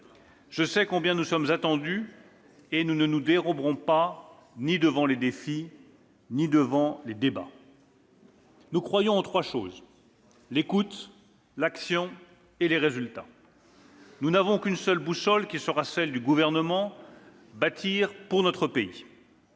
Je sais combien nous sommes attendus, et nous ne nous déroberons ni devant les défis ni devant les débats. « Je crois en trois choses : l'écoute, l'action et les résultats. Je n'ai qu'une boussole, qui sera celle de mon gouvernement : bâtir pour notre pays.